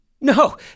No